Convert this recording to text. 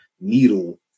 needle